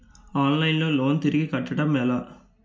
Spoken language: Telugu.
ఆన్లైన్ లో లోన్ తిరిగి కట్టడం ఎలా?